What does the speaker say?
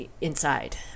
inside